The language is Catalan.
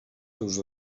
seus